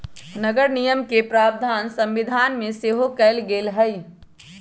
नगरनिगम के प्रावधान संविधान में सेहो कयल गेल हई